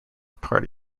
party